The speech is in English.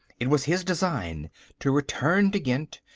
it was his design to return to ghent,